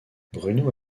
bruno